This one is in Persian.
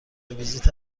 ویزیت